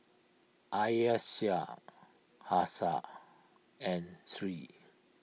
Aisyah Hafsa and Sri